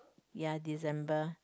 ya December